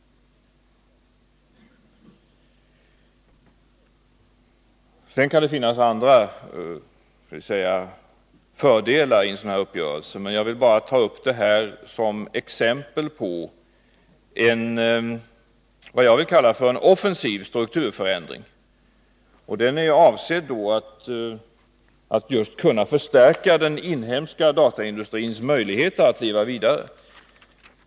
Sedan kan det finnas andra fördelar i en sådan här uppgörelse, men jag vill bara ta upp det här som exempel på vad jag vill kalla för en offensiv strukturförändring. Den är avsedd att just kunna förstärka den inhemska dataindustrins möjligheter att leva vidare.